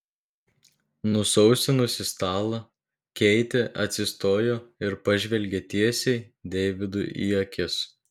nusausinusi stalą keitė atsistojo ir pažvelgė tiesiai deividui į akis